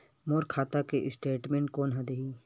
मोर खाता के स्टेटमेंट कोन ह देही?